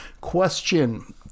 question